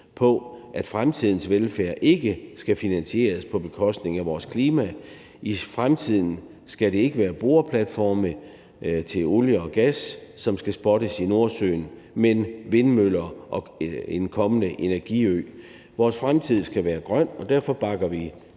på, at fremtidens velfærd ikke skal finansieres på bekostning af vores klima. I fremtiden skal det ikke være boreplatforme til olie og gas, som skal spottes i Nordsøen, men vindmøller og en kommende energiø. Vores fremtid skal være grøn, og derfor bakker vi